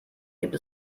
gibt